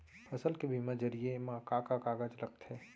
फसल के बीमा जरिए मा का का कागज लगथे?